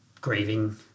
grieving